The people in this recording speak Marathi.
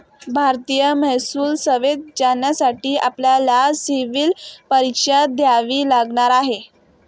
भारतीय महसूल सेवेत जाण्यासाठी आपल्याला सिव्हील परीक्षा द्यावी लागणार आहे